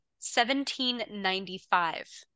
1795